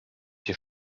hier